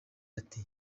ati